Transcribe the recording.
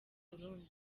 burundi